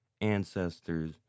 ancestors